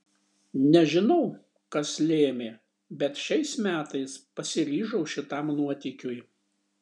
nežinau kas lėmė bet šiais metais pasiryžau šitam nuotykiui